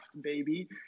baby